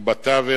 ובתווך,